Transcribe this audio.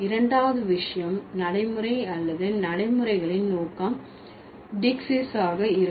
இரண்டாவது விஷயம் நடைமுறை அல்லது நடைமுறைகளின் நோக்கம் டெஇக்ஸிஸ் ஆக இருக்கும்